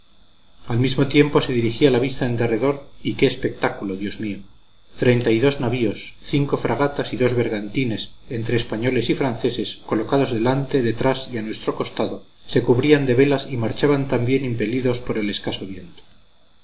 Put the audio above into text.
al mismo tiempo se dirigía la vista en derredor y qué espectáculo dios mío treinta y dos navíos cinco fragatas y dos bergantines entre españoles y franceses colocados delante detrás y a nuestro costado se cubrían de velas y marchaban también impelidos por el escaso viento